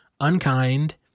unkind